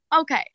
Okay